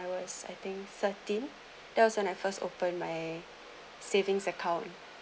I was I think thirteen that was when I first open my savings account